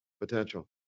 potential